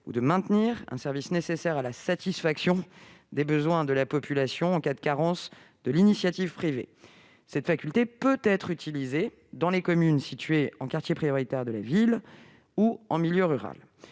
ou de maintenir un service nécessaire à la satisfaction des besoins de la population en cas de carence de l'initiative privée. Cette faculté peut être utilisée dans les communes situées en quartiers prioritaires de la politique de la ville ou en milieu rural.